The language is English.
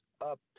up